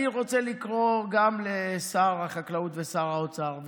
אני רוצה לקרוא גם לשר החקלאות ושר האוצר,